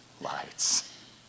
lights